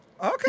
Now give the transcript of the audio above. okay